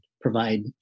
provide